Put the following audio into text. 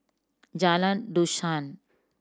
Jalan Dusun